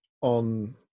on